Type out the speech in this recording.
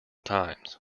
times